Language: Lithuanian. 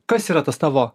kas yra tas tavo